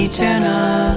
Eternal